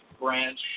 branch